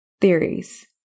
Theories